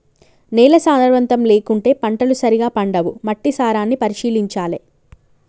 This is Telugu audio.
నేల సారవంతం లేకుంటే పంటలు సరిగా పండవు, మట్టి సారాన్ని పరిశీలించాలె